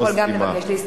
אתה יכול גם לבקש להסתפק.